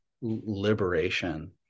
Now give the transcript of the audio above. liberation